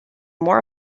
more